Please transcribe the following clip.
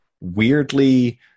weirdly